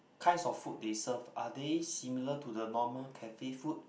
kinds of food they serve are they similar to the normal cafe food